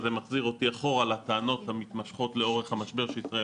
זה מחזיר אותי אחורה לטענות המתמשכות לאורך המשבר שישראל